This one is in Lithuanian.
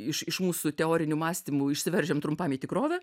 iš iš mūsų teorinių mąstymų išsiveržiam trumpam į tikrovę